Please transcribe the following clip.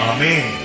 Amen